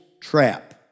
trap